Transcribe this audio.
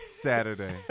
Saturday